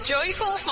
Joyful